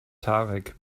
tarek